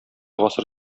гасыр